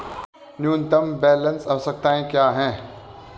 न्यूनतम बैलेंस आवश्यकताएं क्या हैं?